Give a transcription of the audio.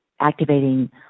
activating